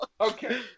Okay